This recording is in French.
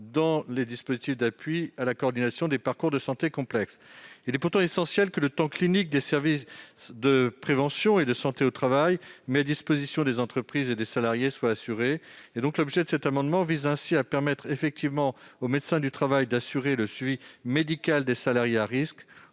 aux dispositifs d'appui à la coordination des parcours de santé complexes. Il est pourtant essentiel que le temps clinique des SPSTI mis à disposition des entreprises et des salariés soit assuré. L'objet de cet amendement vise à permettre au médecin du travail d'assurer le suivi médical des salariés à risque,